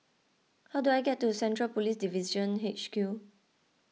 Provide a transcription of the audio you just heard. how do I get to Central Police Division H Q